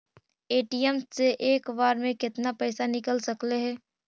ATM से एक बार मे केतना पैसा निकल सकले हे?